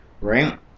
right